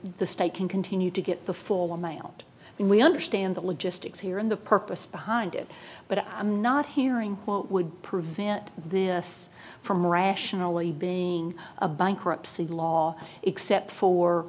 the state can continue to get the four mailed and we understand the logistics here in the purpose behind it but i'm not hearing what would prevent the us from rationally being a bankruptcy law except for